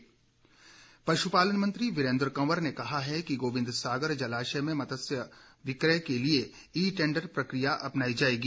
ई tender पशुपालन मंत्री वीरेंद्र कंवर ने कहा है कि गोविंद सागर जलाशय में मत्स्य विक्रय के लिए ई टेंडर प्रक्रिया अपनाई जाएगी